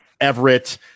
Everett